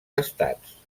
estats